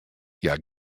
hja